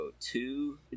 two